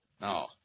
No